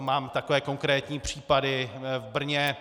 Mám takové konkrétní případy v Brně.